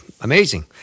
amazing